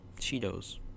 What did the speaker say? cheetos